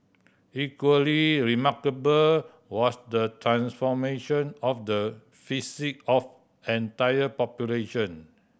equally remarkable was the transformation of the psyche of entire population